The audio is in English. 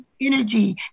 energy